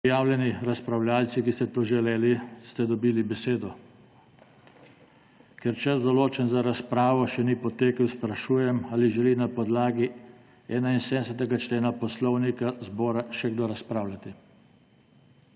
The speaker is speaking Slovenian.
prijavljeni razpravljavci, ki ste to želeli, ste dobili besedo. Ker čas, določen za razpravo, še ni potekel sprašujem, ali želi na podlagi 71. člena Poslovnika zbora še kdo razpravljati?